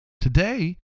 Today